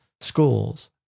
schools